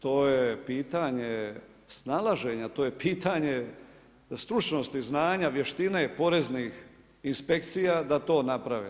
To je pitanje snalaženja, to je pitanje stručnosti, znanja, vještine, poreznih inspekcija da to naprave.